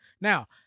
Now